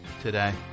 today